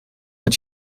het